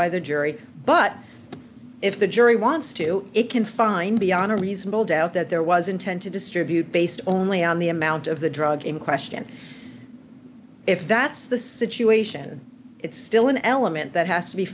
by the jury but if the jury wants to it can find beyond a reasonable doubt that there was intent to distribute based only on the amount of the drug in question if that's the situation it's still an element that has to be